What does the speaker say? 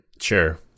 sure